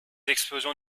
explosions